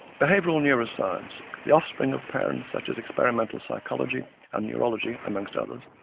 behavioural neuroscience, the offspring of parents such as experimental psychology and neurology among so others,